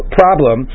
problem